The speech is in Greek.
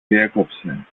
διέκοψε